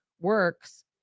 works